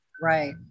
Right